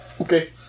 Okay